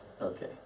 Okay